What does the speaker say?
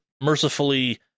mercifully